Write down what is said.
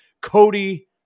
Cody